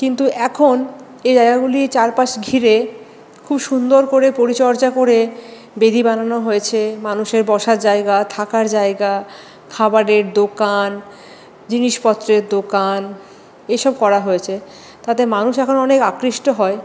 কিন্তু এখন এই জায়গাগুলি চারপাশ ঘিরে খুব সুন্দর করে পরিচর্যা করে বেদী বানানো হয়েছে মানুষের বসার জায়গা থাকার জায়গা খাবারের দোকান জিনিস পত্রের দোকান এসব করা হয়েছে তাতে মানুষ এখন অনেক আকৃষ্ট হয়